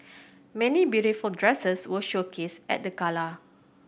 many beautiful dresses were showcased at the gala